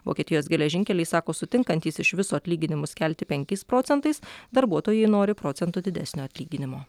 vokietijos geležinkeliai sako sutinkantys iš viso atlyginimus kelti penkiais procentais darbuotojai nori procentu didesnio atlyginimo